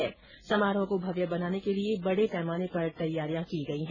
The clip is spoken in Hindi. शपथग्रहण समारोह को भव्य बनाने के लिये बडे पैमाने पर तैयारियां की गई है